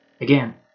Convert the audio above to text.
again